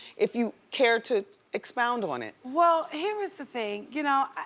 if you cared to expound on it. well, here is the thing. you know,